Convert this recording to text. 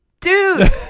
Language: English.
dude